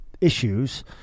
issues